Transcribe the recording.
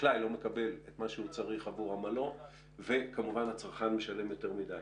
החקלאי לא מקבל את מה שהוא צריך עבור עמלו וכמובן הצרכן משלם יותר מדי.